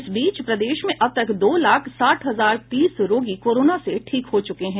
इस बीच प्रदेश में अब तक दो लाख साठ हजार तीस रोगी कोरोना से ठीक हो चुके हैं